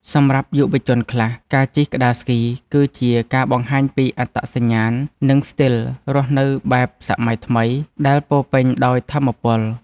សម្រាប់យុវជនខ្លះ ការជិះក្ដារស្គីគឺជាការបង្ហាញពីអត្តសញ្ញាណ និងស្ទីលរស់នៅបែបសម័យថ្មីដែលពោរពេញដោយថាមពល។